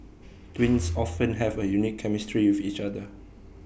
twins often have A unique chemistry with each other